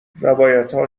روایتها